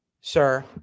sir